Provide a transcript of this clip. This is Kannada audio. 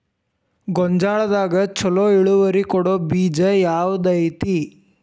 ಗೊಂಜಾಳದಾಗ ಛಲೋ ಇಳುವರಿ ಕೊಡೊ ಬೇಜ ಯಾವ್ದ್ ಐತಿ?